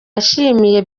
yashimiye